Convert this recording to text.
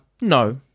No